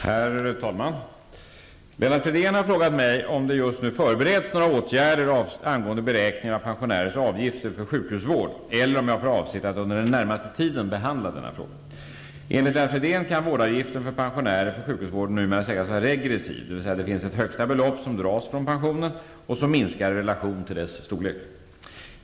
Herr talman! Lennart Fridén har frågat mig om det just nu förbereds några åtgärder angående beräkningen av pensionärers avgifter för sjukhusvård eller om jag har för avsikt att under den närmaste tiden behandla denna fråga. Enligt Lennart Fridén kan vårdavgiften för pensionärer för sjukhusvård numera sägas vara regressiv, dvs. det finns ett högsta belopp som dras från pensionen och som minskar i relation till dess storlek.